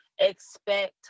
expect